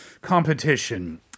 competition